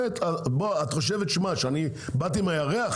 את חושבת שבאתי מהירח?